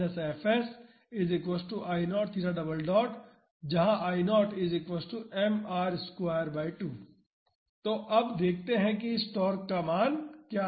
जहाँ तो अब देखते हैं कि इस टार्क का मान क्या है